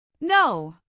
No